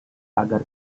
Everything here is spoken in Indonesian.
agar